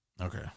Okay